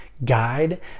guide